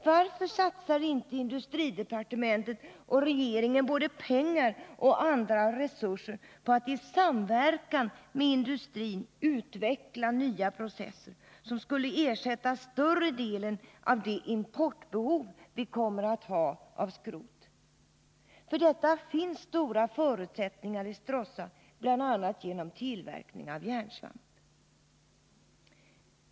Varför satsar inte industridepartementet och regeringen både pengar och andra resurser på att i samverkan med industrin utveckla nya processer som skulle ersätta större delen av det importbehov vi kommer att ha av skrot? För detta finns stora förutsättningar i Stråssa, bl.a. genom tillverkning av järnsvamp.